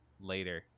later